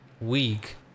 week